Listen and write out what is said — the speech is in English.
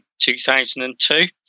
2002